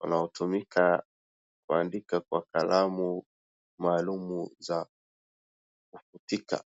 unaotumika kuandika kwa kalamu maalum za kufutika.